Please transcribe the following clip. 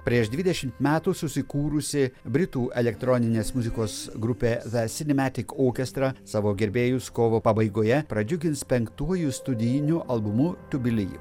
prieš dvidešimt metų susikūrusi britų elektroninės muzikos grupė ze sinemetik okestra savo gerbėjus kovo pabaigoje pradžiugins penktuoju studijiniu albumu to belive